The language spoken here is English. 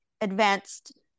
advanced